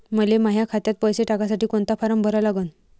मले माह्या खात्यात पैसे टाकासाठी कोंता फारम भरा लागन?